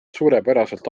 suurepäraselt